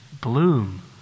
bloom